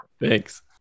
Thanks